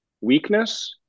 weakness